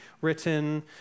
written